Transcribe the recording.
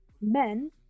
men